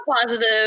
positive